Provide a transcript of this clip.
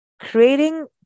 creating